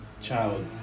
child